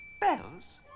Bells